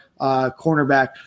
cornerback